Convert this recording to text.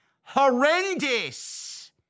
horrendous